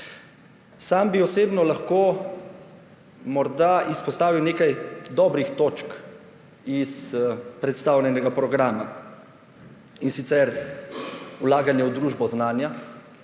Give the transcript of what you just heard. Sam bi osebno lahko morda izpostavil nekaj dobrih točk iz predstavljenega programa, in sicer vlaganje v družbo znanja